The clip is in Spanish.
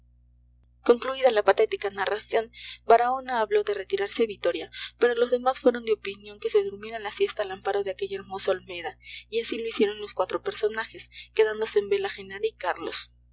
concluida la patética narración baraona habló de retirarse a vitoria pero los demás fueron de opinión que se durmiera la siesta al amparo de aquella hermosa olmeda y así lo hicieron los cuatro personajes quedándose en vela genara y carlos